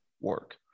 work